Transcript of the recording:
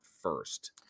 first